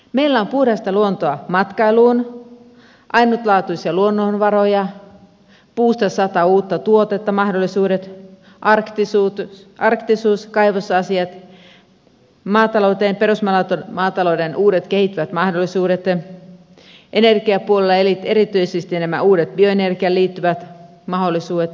meillä on puhdasta luontoa matkailuun ainutlaatuisia luonnonvaroja puusta sata uutta tuotetta mahdollisuudet arktisuus kaivosasiat maatalouteen perusmaatalouden uudet kehittyvät mahdollisuudet energiapuolella erityisesti nämä uudet bioenergiaan liittyvät mahdollisuudet ja niin edelleen